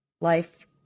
Life